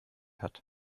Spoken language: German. hat